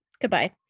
goodbye